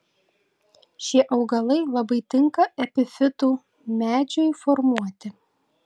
šie augalai labai tinka epifitų medžiui formuoti